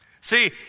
See